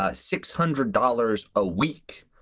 ah six hundred dollars a week,